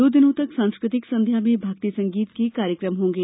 दो दिनों तक सांस्कृतिक संध्या में भक्ति संगीत के कार्यक्रम होंगे